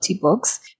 Books